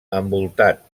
envoltat